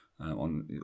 on